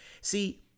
See